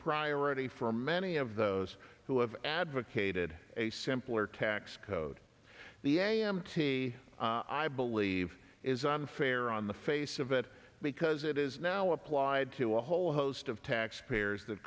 priority for many of those who have advocated a simpler tax code the a m t i believe is unfair on the face of it because it is now applied to a whole host of tax payers th